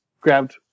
grabbed